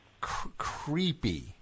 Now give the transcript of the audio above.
creepy